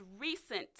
recent